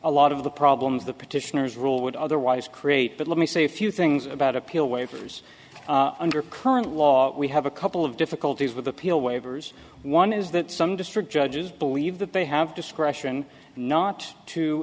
a lot of the problems the petitioners rule would otherwise create but let me say a few things about appeal waivers under current law we have a couple of difficulties with appeal waivers one is that some district judges believe that they have discretion not to